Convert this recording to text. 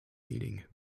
meeting